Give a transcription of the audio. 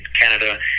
Canada